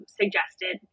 suggested